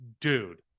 Dude